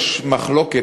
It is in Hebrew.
יש מחלוקת,